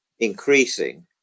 increasing